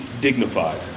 dignified